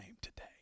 today